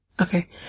okay